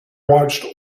watched